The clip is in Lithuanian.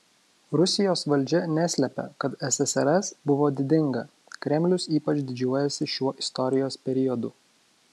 rusijos valdžia neslepia kad ssrs buvo didinga kremlius ypač didžiuojasi šiuo istorijos periodu